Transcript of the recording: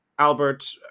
Albert